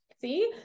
See